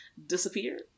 Disappear